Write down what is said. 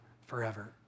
forever